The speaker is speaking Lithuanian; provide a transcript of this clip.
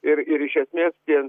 ir ir iš esmės tie